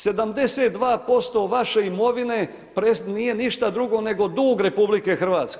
72% vaše imovine nije ništa drugo nego dug RH.